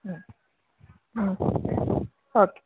okay